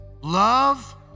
love